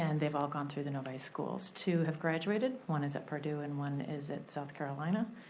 and they've all gone through the novi schools. two have graduated, one is at purdue and one is at south carolina,